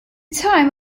time